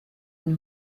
une